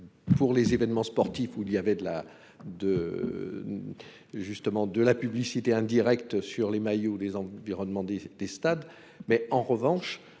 Pour les événements sportifs, où il y avait de la, de, Justement de la publicité indirecte sur les maillots des environnements des des stades mais en revanche.